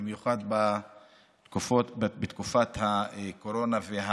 במיוחד בתקופת הקורונה.